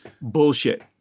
bullshit